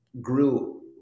grew